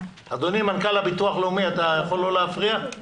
לוועדה דיון בנושא המענקים למובטלים אם לא תשלמו